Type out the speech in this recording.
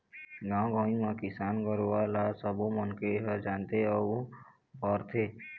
गाँव गंवई म किसान गुरूवा ल सबो मनखे ह जानथे अउ बउरथे